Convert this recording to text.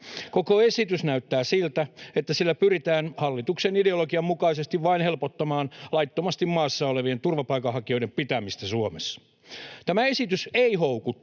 Koko esitys näyttää siltä, että sillä pyritään hallituksen ideologian mukaisesti vain helpottamaan laittomasti maassa olevien turvapaikanhakijoiden pitämistä Suomessa. Tämä esitys ei houkuttele